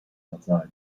outside